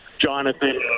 jonathan